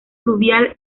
fluvial